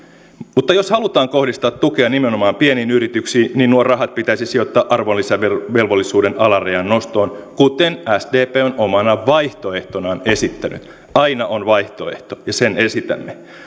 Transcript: mutta jos halutaan kohdistaa tukea nimenomaan pieniin yrityksiin niin nuo rahat pitäisi sijoittaa arvonlisäverovelvollisuuden alarajan nostoon kuten sdp on omana vaihtoehtonaan esittänyt aina on vaihtoehto ja sen esitämme